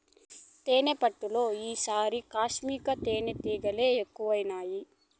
తేనెపట్టులో ఈ తూరి కార్మిక తేనీటిగలె ఎక్కువైనాయి